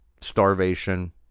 starvation